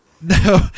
No